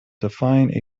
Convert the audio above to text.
define